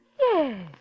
Yes